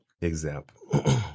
example